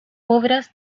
obras